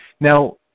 Now